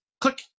Click